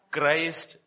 Christ